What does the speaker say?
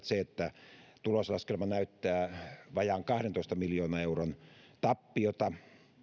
se että tuloslaskelma näyttää vajaan kahdentoista miljoonan euron tappiota